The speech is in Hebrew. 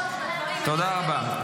תודה רבה.